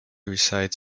resides